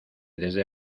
desde